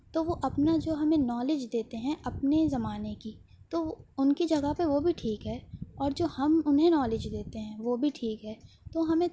تو وہ اپنا جو ہمیں نالج دیتے ہیں اپنے زمانے کی تو وہ ان کی جگہ پہ وہ بھی ٹھیک ہے اور جو ہم انہیں نالج دیتے ہیں وہ بھی ٹھیک ہے تو ہمیں